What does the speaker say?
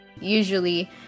usually